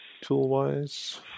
tool-wise